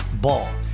Ball